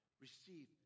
receive